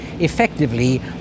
effectively